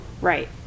Right